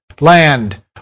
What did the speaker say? land